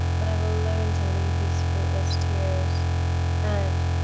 but i will learn to leave these fruitless tears and,